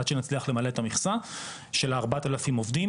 עד שנצליח למלא את המכסה של ארבעת האלפים עובדים.